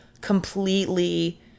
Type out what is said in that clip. completely